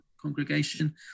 congregation